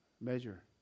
measure